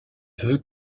veut